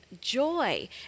joy